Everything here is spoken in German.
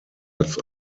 als